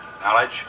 Knowledge